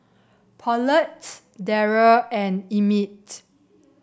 Paulette Darrel and Emmitt